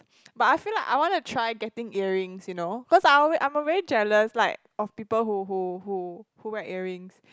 but I feel like I want to try getting earrings you know cause I always I'm very jealous like of people who who who who wear earrings